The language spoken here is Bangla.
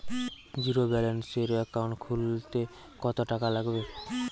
জিরোব্যেলেন্সের একাউন্ট খুলতে কত টাকা লাগবে?